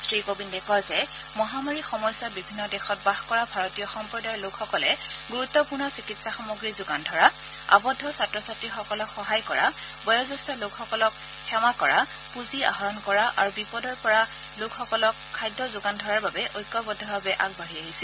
শ্ৰী কোৱিন্দে কয় যে মহামাৰীৰ সময়চোৱাত বিভিন্ন দেশত বাস কৰা ভাৰতীয় সম্প্ৰদায়ৰ লোকসকলে গুৰুত্পূৰ্ণ চিকিৎসা সামগ্ৰী যোগান ধৰা আবদ্ধ ছাত্ৰ ছাত্ৰীসকলক সহায় কৰা বয়োজ্যেষ্ঠ লোকসকলৰ সেৱা কৰা পুঁজি আহৰণ কৰা আৰু বিপদত পৰা লোকসকলক খাদ্য যোগান ধৰাৰ বাবে ঐক্যবদ্ধভাৱে আগবাঢ়ি আহিছিল